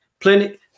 plenty